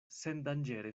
sendanĝere